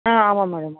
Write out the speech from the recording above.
ஆ ஆமாம் மேடம்